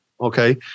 Okay